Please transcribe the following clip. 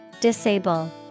Disable